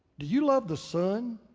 do you love the son